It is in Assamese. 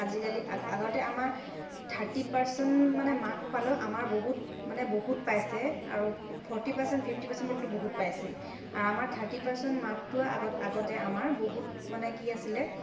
আজিকালি আগতে আমাৰ থাৰ্টি পাৰ্চেণ্ট মানে মাৰ্ক পালেও আমাৰ বহুত মানে বহুত পাইছে আৰু ফৰ্টি পাৰ্চেণ্ট ফিফটি পাৰ্চেণ্ট পালেতো বহুত পাইছেই আৰু আমাৰ থাৰ্টি পাৰ্চেণ্ট মাৰ্কটোৱেই আগত আগতে আমাৰ বহুত মানে কি আছিলে